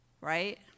right